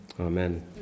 amen